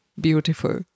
beautiful